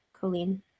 Colleen